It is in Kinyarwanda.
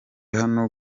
hano